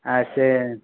ଆଉ ସେ